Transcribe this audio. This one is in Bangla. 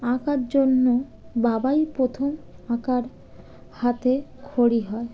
আঁকার জন্য বাবাই প্রথম আঁকার হাতে খড়ি হয়